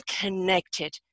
connected